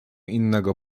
innego